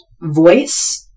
voice